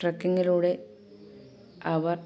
ട്രക്കിങ്ങിലൂടെ അവർ